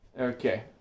Okay